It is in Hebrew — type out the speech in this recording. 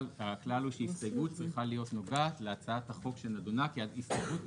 הכלל הוא שהסתייגות צריכה להיות נוגעת להצעת החוק שנדונה כי ההסתייגות,